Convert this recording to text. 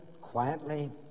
quietly